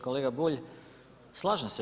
Kolega Bulj, slažem se.